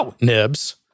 nibs